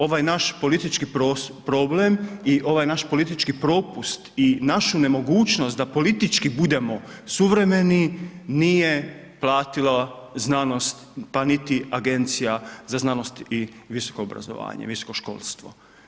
Ovaj naš politički problem i ovaj naš politički propust i našu nemogućnost da politički bude suvremeni nije platila znanost pa niti Agencija za znanosti i visoko obrazovanje, visoko školstvo.